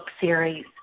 series